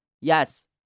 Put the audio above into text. yes